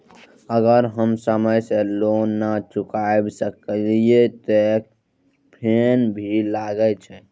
अगर हम समय से लोन ना चुकाए सकलिए ते फैन भी लगे छै?